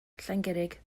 llangurig